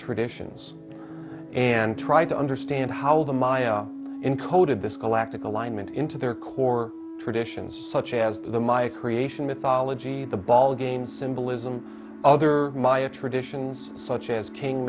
traditions and try to understand how the maya encoded this galactic alignment into their core traditions such as the maya creation mythology the ball game symbolism other maya traditions such as king